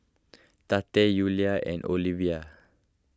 Tate Ula and Olevia